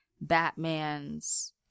Batman's